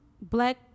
Black